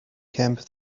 camp